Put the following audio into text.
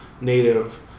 native